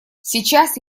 сейчас